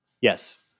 Yes